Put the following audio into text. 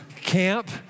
camp